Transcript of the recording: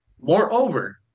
Moreover